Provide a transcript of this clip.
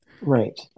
Right